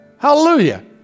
Hallelujah